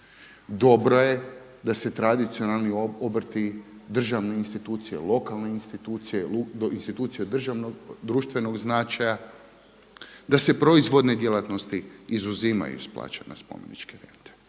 Dobro je da se tradicionalni obrti, državne institucije, lokalne institucije, institucije od državnog, društvenog značaja, da se proizvodne djelatnosti izuzimaju iz plaćanja spomeničke rente.